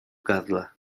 gardle